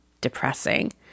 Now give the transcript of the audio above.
depressing